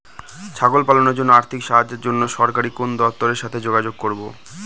ছাগল পালনের জন্য আর্থিক সাহায্যের জন্য সরকারি কোন দপ্তরের সাথে যোগাযোগ করব?